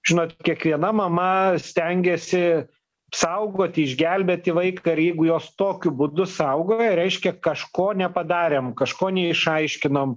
žinot kiekviena mama stengiasi saugot išgelbėti vaiką jeigu jos tokiu būdu saugoja reiškia kažko nepadarėm kažko neišaiškinom